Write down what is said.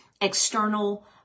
external